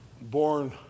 born